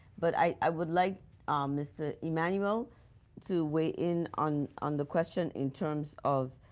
but i would like mr. emanuel to weigh in on on the question in terms of